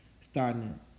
starting